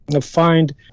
find